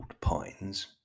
pines